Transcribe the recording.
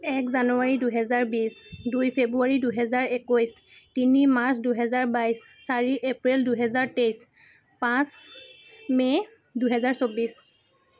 এক জানুৱাৰী দুহেজাৰ বিছ দুই ফেব্ৰুৱাৰী দুহেজাৰ একৈছ তিনি মাৰ্চ দুহেজাৰ বাইছ চাৰি এপ্ৰিল দুহেজাৰ তেইছ পাঁচ মে দুহেজাৰ চৌব্বিছ